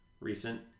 recent